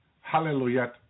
hallelujah